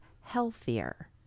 healthier